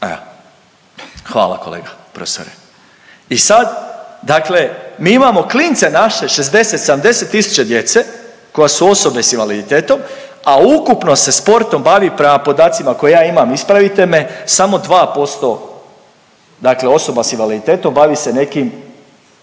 hvala kolega profesore. I sad dakle mi imamo klince naše 60, 70 000 djece koje su osobe sa invaliditetom, a ukupno se sportom bavi prema podacima koje ja imam ispravite me samo 2%, dakle osoba sa invaliditetom bavi se nekim